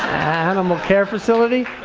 animal care facility.